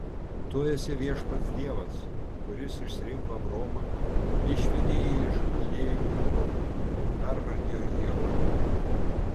tu esi viešpats dievas kuris išsirinko abromą išvedė jį iš chaldėjų ūro ir pervardijo jį abraomu